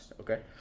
Okay